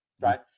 Right